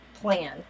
plan